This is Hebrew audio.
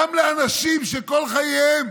גם אנשים שכל חייהם